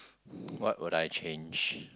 what would I change